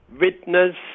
witness